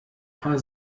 paar